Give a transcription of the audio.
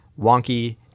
wonky